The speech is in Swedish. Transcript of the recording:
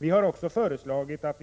Vi har föreslagit att